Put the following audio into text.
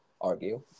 argue